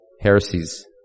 Heresies